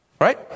right